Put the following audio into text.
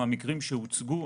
מהמקרים שהוצגו,